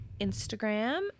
instagram